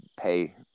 pay